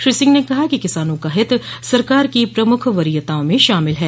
श्री सिंह ने कहा किसानों का हित सरकार की प्रमुख वरीयताओं में शामिल है